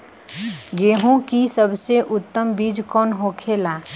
गेहूँ की सबसे उत्तम बीज कौन होखेला?